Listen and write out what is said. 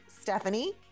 Stephanie